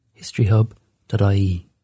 historyhub.ie